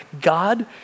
God